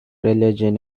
religion